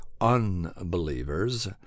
unbelievers